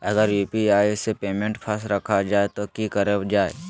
अगर यू.पी.आई से पेमेंट फस रखा जाए तो की करल जाए?